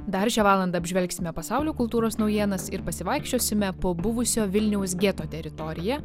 dar šią valandą apžvelgsime pasaulio kultūros naujienas ir pasivaikščiosime po buvusio vilniaus geto teritoriją